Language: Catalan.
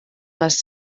les